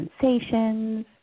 sensations